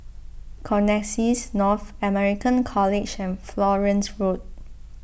Connexis North American College and Florence Road